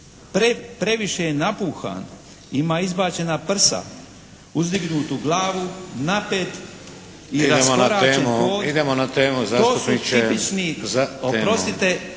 previše je napuhan, ima izbačena prsa, uzdignutu glavu, napet i raskoračen hod." **Šeks, Vladimir